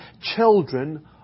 children